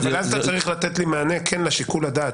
אבל אז אתה צריך לתת לי מענה לשיקול הדעת.